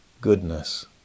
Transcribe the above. goodness